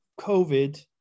COVID